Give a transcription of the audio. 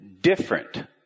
different